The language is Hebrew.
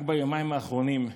רק מהיומיים האחרונים,